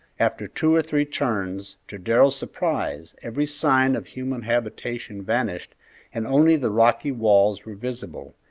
after two or three turns, to darrell's surprise, every sign of human habitation vanished and only the rocky walls were visible,